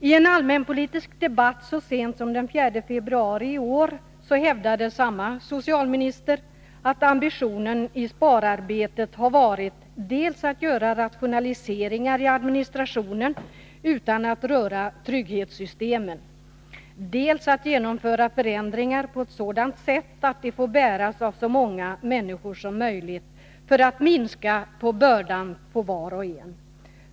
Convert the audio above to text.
Ten allmänpolitisk debatt så sent som den 4 februari i år hävdade samma socialminister: ”Ambitionen i spararbetet har varit dels att göra rationaliseringar i administrationen utan att röra trygghetssystemen, dels att genomföra förändringar på ett sådant sätt att de får bäras av så många människor som möjligt för att minska bördan på var och en.